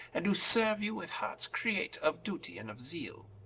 and do serue you with hearts create of duty, and of zeale